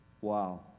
Wow